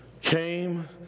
came